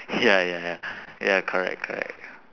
ya ya ya ya correct correct